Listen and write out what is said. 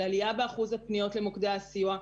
על עליה באחוזי הפניות למוקדי הסיוע.